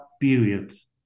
periods